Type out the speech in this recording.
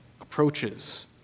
approaches